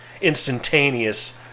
instantaneous